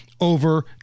over